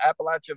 Appalachia